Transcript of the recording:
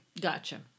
Gotcha